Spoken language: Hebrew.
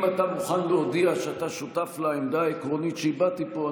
אם אתה מוכן להודיע שאתה שותף לעמדה העקרונית שהבעתי פה,